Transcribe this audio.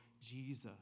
Jesus